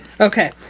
Okay